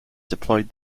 deployed